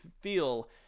feel